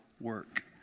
work